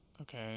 Okay